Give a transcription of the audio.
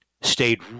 stayed